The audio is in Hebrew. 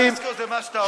פיאסקו זה מה שאתה עושה.